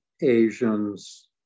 Asians